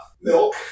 milk